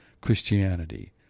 Christianity